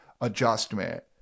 adjustment